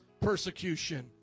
persecution